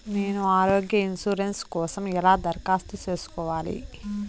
నేను ఆరోగ్య ఇన్సూరెన్సు కోసం ఎలా దరఖాస్తు సేసుకోవాలి